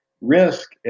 risk